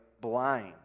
blind